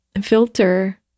filter